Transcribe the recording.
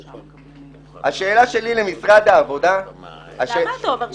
השאלה שלי למשרד העבודה --- חברים,